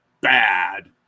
bad